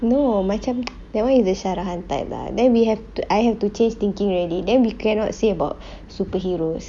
no macam that [one] is the syarahan type lah then we have to I have to change thinking already then we cannot say about superheroes